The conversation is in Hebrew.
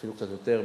אפילו קצת יותר,